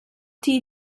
die